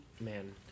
man